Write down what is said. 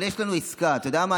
אבל יש לנו עסקה, אתם יודעים מה?